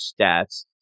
stats